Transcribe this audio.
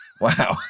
Wow